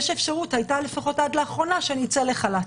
ויש אפשרות לפחות הייתה עד לאחרונה שאני אצא לחל"ת.